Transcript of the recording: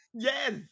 Yes